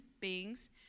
beings